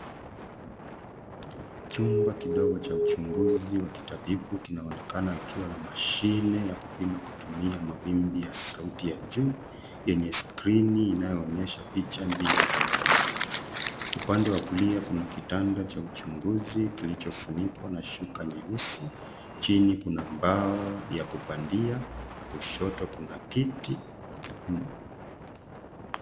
Chumba kidogo cha uchunguzi wa kitabibu kinaonekana kikiwa na mashine ya kupima kutumia mawimbi ya sauti ya juu yenye skrini inayoonyesha picha mbili za uchunguzi. Upande wa kulia kuna kitanda cha uchunguzi kilichofunikwa na shuka na nyusi. Chini kuna mbao ya kupandia. Kushoto kuna kiti.